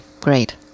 Great